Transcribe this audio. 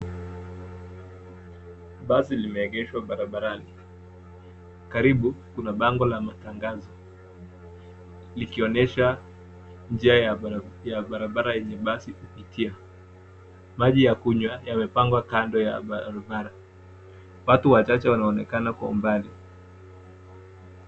Basi limeegeshwa barabarani. Karibu kuna bango la matangazo likionyesha njia ya barabara yenye basi kupitia. Maji ya kunywa yamepangwa kando ya barabara. Watu wachache wanaonekana kwa umbali.